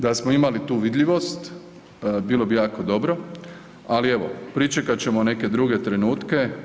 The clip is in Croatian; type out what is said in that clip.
Da smo imali tu vidljivost, bilo bi jako dobro, ali evo, pričekat ćemo neke druge trenutke.